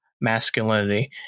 masculinity